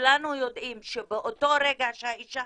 כולנו יודעים שבאותו רגע שהאישה